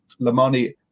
Lamani